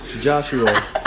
Joshua